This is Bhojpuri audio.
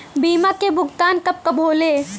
बीमा के भुगतान कब कब होले?